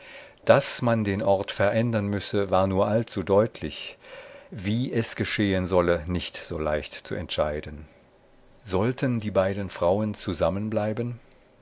daß man den ort verändern müsse war allzu deutlich wie es geschehen solle nicht so leicht zu entscheiden sollten die beiden frauen zusammenbleiben